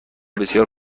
بسیار